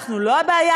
אנחנו לא הבעיה,